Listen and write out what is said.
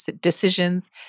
decisions